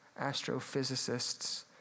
astrophysicists